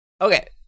Okay